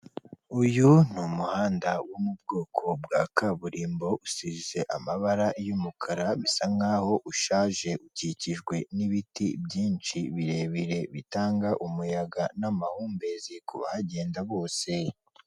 Uyu ni umuhanda wo mu bwoko bwa kaburimbo, usize amabara y'umukara, bisa nk'aho ushaje, ukikijwe n'ibiti byinshi, birebire, bitanga umuyaga n'amahumbezi, ku bahagenda bose.